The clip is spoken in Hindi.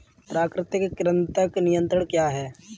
प्राकृतिक कृंतक नियंत्रण क्या है?